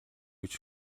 гэж